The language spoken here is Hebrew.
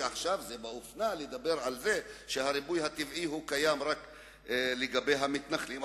עכשיו זה באופנה לדבר על זה שהריבוי הטבעי קיים רק אצל המתנחלים,